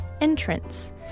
Entrance